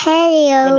Hello